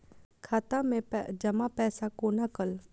खाता मैं जमा पैसा कोना कल